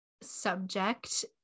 subject